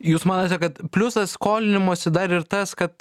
jūs manote kad pliusas skolinimosi dar ir tas kad